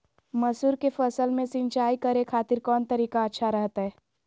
मसूर के फसल में सिंचाई करे खातिर कौन तरीका अच्छा रहतय?